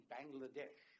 Bangladesh